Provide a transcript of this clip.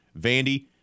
Vandy